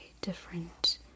different